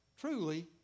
truly